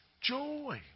joy